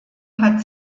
hat